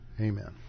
Amen